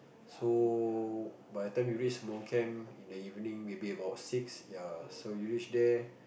so by time you reach monk camp in the evening will be about six ya so you reach there